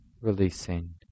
releasing